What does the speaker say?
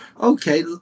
Okay